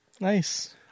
Nice